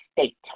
state